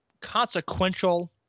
consequential